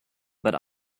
but